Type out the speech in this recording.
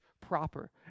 proper